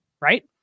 right